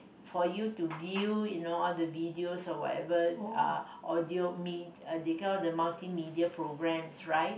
for you to view you know all the videos or whatever uh audio me~ they got all the multimedia programs right